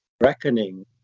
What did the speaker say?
reckoning